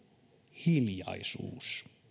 hiljaisuus